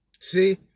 See